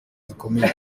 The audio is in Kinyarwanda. zikomeye